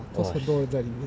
!wah! shit